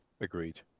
agreed